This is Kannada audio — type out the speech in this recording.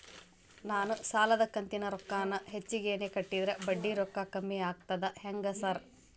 ನಾನ್ ಸಾಲದ ಕಂತಿನ ರೊಕ್ಕಾನ ಹೆಚ್ಚಿಗೆನೇ ಕಟ್ಟಿದ್ರ ಬಡ್ಡಿ ರೊಕ್ಕಾ ಕಮ್ಮಿ ಆಗ್ತದಾ ಹೆಂಗ್ ಸಾರ್?